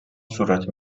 صورت